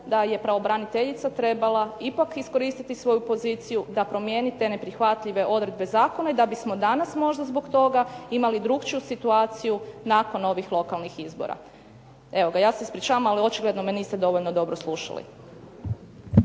da je pravobraniteljica trebala ipak iskoristiti svoju poziciju da promijeni te neprihvatljive odredbe zakona i da bismo danas možda zbog toga imali drukčiju situaciju nakon ovih lokalnih izbora. Ja se ispričavam ali očigledno me niste dovoljno dobro slušali.